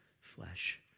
flesh